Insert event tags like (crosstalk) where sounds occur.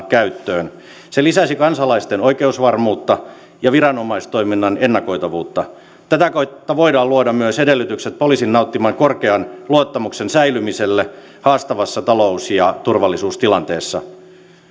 (unintelligible) käyttöön se lisäisi kansalaisten oikeusvarmuutta ja viranomaistoiminnan ennakoitavuutta tätä kautta voidaan myös luoda edellytykset poliisin nauttiman korkean luottamuksen säilymiselle haastavassa talous ja turvallisuustilanteessa